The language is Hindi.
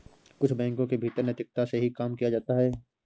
कुछ बैंकों के भीतर नैतिकता से ही काम किया जाता है